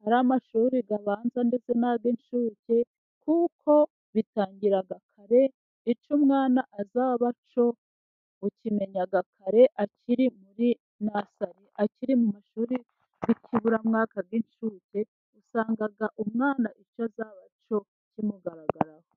Hari amashuri abanza ndetse n'ay'incuke kuko bitangira kare icyo umwana azabacyo ukimenya kare akiri muri nasari, akiri mu mashuri y'ikiburamwaka y'inshuke. Usanga umwana icyo azaba cyo kimugaragaraho.